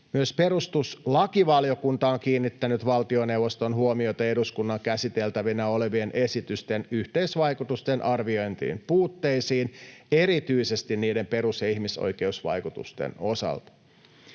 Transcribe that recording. Myös perustuslakivaliokunta on kiinnittänyt valtioneuvoston huomiota eduskunnan käsiteltävänä olevien esitysten yhteisvaikutusten arvioinnin puutteisiin erityisesti niiden perus- ja ihmisoikeusvaikutusten osalta.